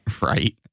Right